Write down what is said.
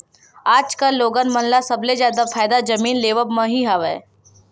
आजकल लोगन मन ल सबले जादा फायदा जमीन लेवब म ही हवय